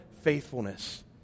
faithfulness